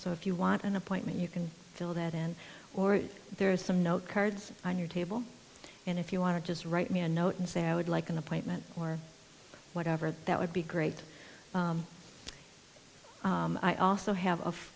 so if you want an appointment you can fill that in or if there is some note cards on your table and if you want to just write me a note and say i would like an appointment or whatever that would be great i also have